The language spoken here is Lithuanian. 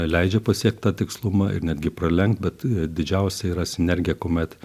leidžia pasiekt tą tikslumą ir netgi pralenkt bet didžiausia yra sinergija kuomet